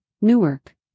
Newark